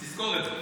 תזכור את זה.